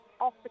off